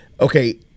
okay